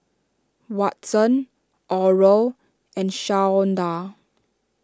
Watson Oral and Shawnda